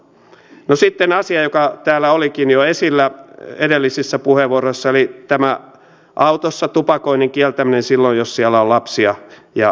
no sitten asia joka täällä olikin jo esillä edellisissä puheenvuoroissa eli tämä autossa tupakoinnin kieltäminen silloin jos siellä on lapsia ja vauvoja